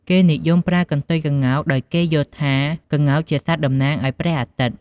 គេនិយមប្រើកន្ទុយក្ងោក ដោយគេយល់ថាក្ងោកជាសត្វតំណាងឱ្យព្រះអាទិត្យ។